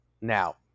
now